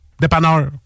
Dépanneur